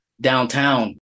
downtown